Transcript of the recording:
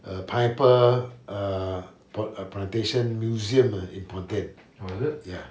uh a pineapple uh pla~ plantation museum uh in pontian ya